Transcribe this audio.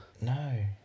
No